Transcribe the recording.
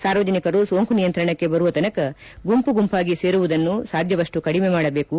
ಸಾರ್ವಜನಿಕರು ಸೋಂಕು ನಿಯಂತ್ರಣಕ್ಕೆ ಬರುವ ತನಕ ಗುಂಪು ಗುಂಪಾಗಿ ಸೇರುವುದನ್ನು ಸಾಧ್ಯವಾದಪ್ಪು ಕಡಿಮೆ ಮಾಡಬೇಕು